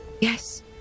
Yes